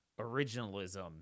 originalism